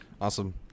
Awesome